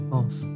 off